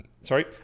sorry